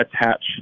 attach